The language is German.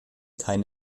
kein